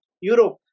Europe